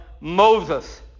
Moses